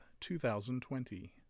2020